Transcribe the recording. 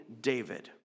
David